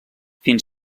fins